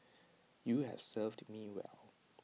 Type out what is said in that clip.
you have served me well